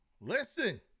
listen